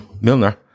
Milner